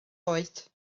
oed